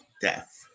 death